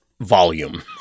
volume